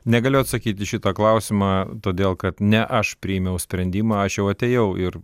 negaliu atsakyti į šitą klausimą todėl kad ne aš priėmiau sprendimą aš jau atėjau ir